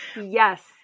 Yes